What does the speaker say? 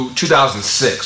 2006